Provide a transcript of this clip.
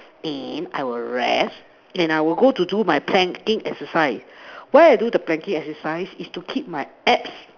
and I will rest and I'll go to do my planking exercise why I do the planking exercise is to keep my apps